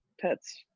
pets